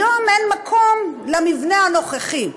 היום אין מקום למבנה הנוכחי,